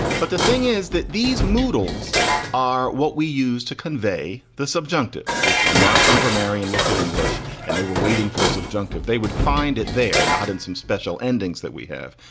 but the thing is that these models are what we use to convey the subjunctive. if a martian grammarian looked at english and they were waiting for a subjunctive, they would find it. they're not in some special endings that we have,